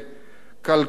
כלכלתנו.